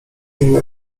inne